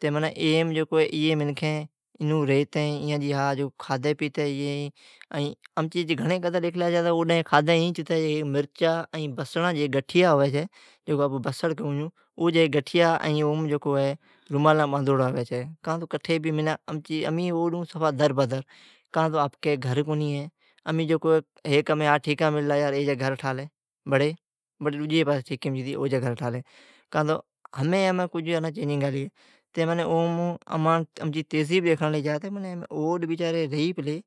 ایئن منکھیں انوں رھتتیںایئن کھادی پیتی ھی۔ گھنڑی قدر ڈیکھلی جا تو امچی کھادی مرچا بصڑا جا گٹھیا ھوی چھی جکو آپوں بسڑ کھوں چھوں۔ گٹھیا امالام باندھوڑا ھوی چھی۔ کاں تو کٹھی، امیں اوڈ ھوں دربدر۔ آپکی گھر کو ھی۔ ھا ٹھیکا مللا ای جی گھر ٹھالی۔ بڑی ڈجی پاسی گھر ٹھالی۔ ھمین اجاں کج چینجنگ آلی ھی۔ اوم امچی تھذیب ڈیکھنڑلی جا چھی۔ اوڈ روچاری رھی پلی۔